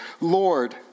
Lord